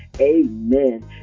Amen